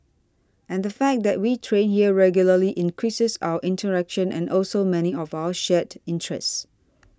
and the fact that we train here regularly increases our interaction and also many of our shared interests